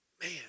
Man